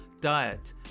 diet